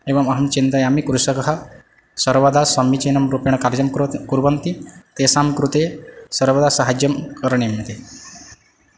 एवम् अहं चिन्तयामि कृषकः सर्वदा समीचिनं रूपेण कार्यं कुरु कुर्वन्ति तेषां कृते सर्वदा सहाय्यं करणीयम् इति